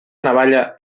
navalla